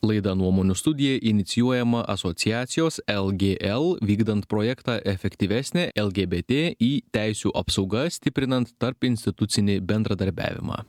laida nuomonių studija inicijuojama asociacijos lgl vykdant projektą efektyvesnė lgbt į teisių apsauga stiprinant tarpinstitucinį bendradarbiavimą